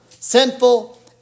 Sinful